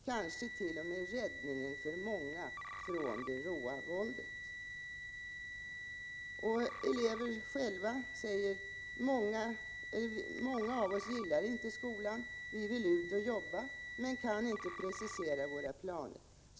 Kanske till och med räddningen för många från det råa våldet.” Några elever vid Ånestadsskolan säger: ”Många gillar inte skolan, de vill ut och jobba, men kan inte precisera sina planer.